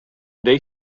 dej